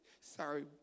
Sorry